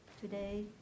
today